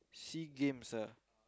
S_E_A-Games ah